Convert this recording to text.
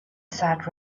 sad